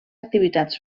activitats